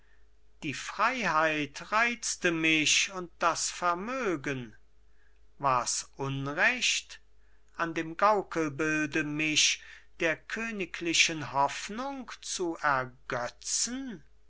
die freiheit reizte mich und das vermögen wars unrecht an dem gaukelbilde mich der königlichen hoffnung zu